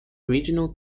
regional